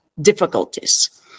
difficulties